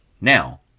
Now